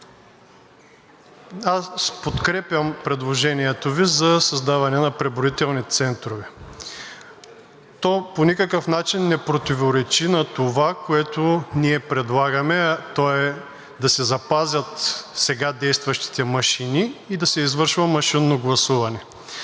аз подкрепям предложението Ви за създаване на преброителни центрове. То по никакъв начин не противоречи на това, което ние предлагаме, а то е да се запазят сега действащите машини и да се извършва машинно гласуване.